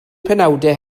penawdau